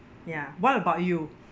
ya what about you